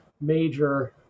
major